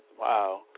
Wow